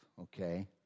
okay